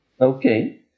okay